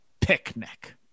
picnic